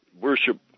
worship